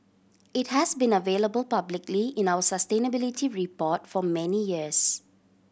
it has been available publicly in our sustainability report for many years